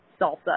salsa